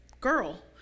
girl